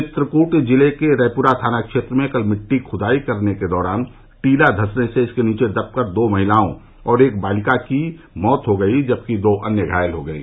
चित्रकूट जिले के रैपुरा थाना क्षेत्र में कल मिट्टी खुदाई करने के दौरान टीला धसने से इसके नीचे दबकर दो महिलाओं और एक बालिका की मौत हो गई जबकि दो अन्य घायल हो गई